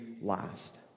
last